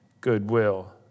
goodwill